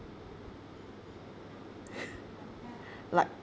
like